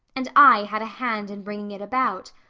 and i had a hand in bringing it about.